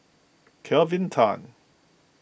Kelvin Tan